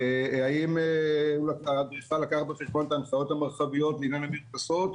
האם האדריכל לקח בחשבון את ההנחיות המרחביות לעניין המרפסות,